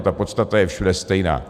Ta podstata je všude stejná.